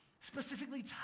specifically